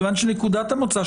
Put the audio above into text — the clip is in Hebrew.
מכיוון שנקודת המוצא היא,